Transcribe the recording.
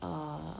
uh